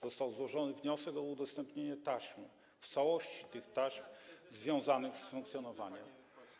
Został złożony wniosek o udostępnienie w całości taśm związanych z funkcjonowaniem.